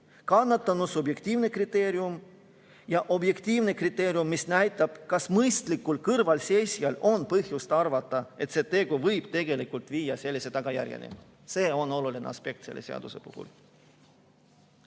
kannatanu subjektiivne kriteerium ja objektiivne kriteerium, mis näitab, kas mõistlikul kõrvalseisjal on põhjust arvata, et see tegu võib tegelikult sellise tagajärjeni viia. See on oluline aspekt selle seaduse puhul.